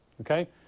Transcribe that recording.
Okay